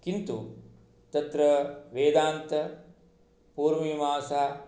किन्तु तत्र वेदान्तं पूर्वमीमांसा